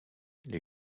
les